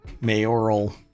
mayoral